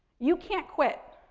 you can't quit.